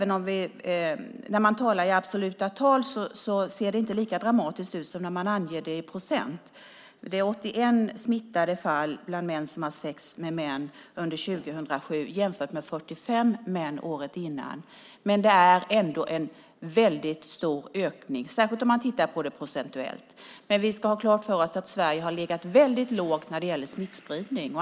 När man talar i absoluta tal ser det inte lika dramatiskt ut som när man anger det i procent. Det var 81 fall av smitta under 2007 bland män som har sex med män, jämfört med 45 män året innan. Men det är ändå en väldigt stor ökning, särskilt om man tittar på det procentuellt. Vi ska dock ha klart för oss att Sverige har legat väldigt lågt när det gäller smittspridning.